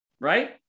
Right